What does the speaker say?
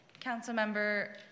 Councilmember